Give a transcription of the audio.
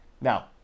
now